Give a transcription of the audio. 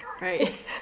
right